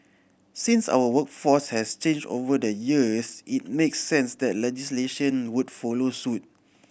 since our workforce has changed over the years it makes sense that legislation would follow suit